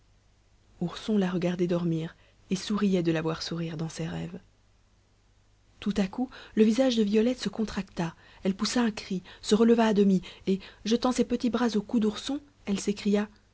ourson la regardait dormir et souriait de la voir sourire dans ses rêves tout à coup le visage de violette se contracta elle poussa un cri se releva à demi et jetant ses petits bras au cou d'ourson elle s'écria